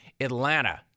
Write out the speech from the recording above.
Atlanta